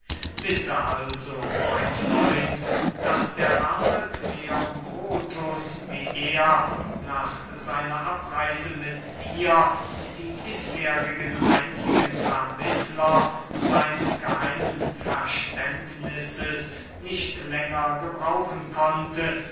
wisse also mein freund daß der arme kleombrotus wie er nach seiner abreise mit dir die bisherigen einzigen vermittler seines geheimen verständnisses nicht länger gebrauchen konnte